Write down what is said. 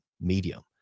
medium